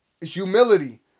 humility